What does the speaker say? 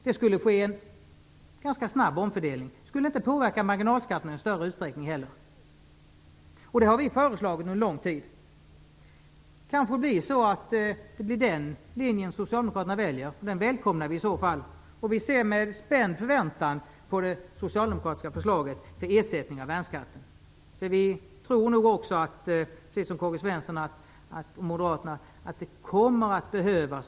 Det skulle ske en ganska snabb omfördelning. Det skulle heller inte påverka marginalskatterna i någon större utsträckning. Det har vi föreslagit under lång tid. Det kanske blir den linjen Socialdemokraterna väljer. Det välkomnar vi i så fall. Vi ser med spänd förväntan fram emot det socialdemokratiska förslaget till ersättning av värnskatten. Vi tror, precis som K-G Svenson och Moderaterna, att det kommer att behövas.